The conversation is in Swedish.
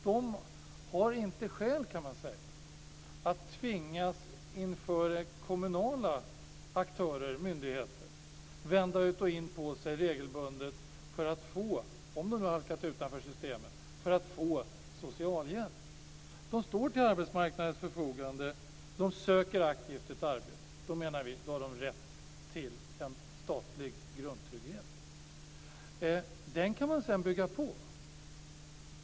Det finns inget skäl, kan man säga, att de inför kommunala aktörer, myndigheter, regelbundet tvingas vända ut och in på sig för att, om de nu halkat utanför systemet, få socialhjälp. De står till arbetsmarknadens förfogande. De söker aktivt ett arbete. Då menar vi att de har rätt till en statlig grundtrygghet.